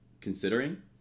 considering